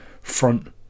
front